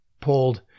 pulled